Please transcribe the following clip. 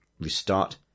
restart